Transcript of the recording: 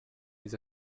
des